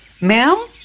Ma'am